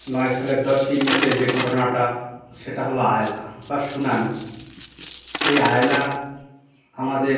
নয় সালের দশই মেতে যে ঘটনাটা সেটা হলো আয়লা বা সুনামি এই আয়লা আমাদের